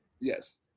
Yes